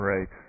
Right